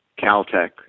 Caltech